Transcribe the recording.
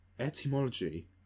Etymology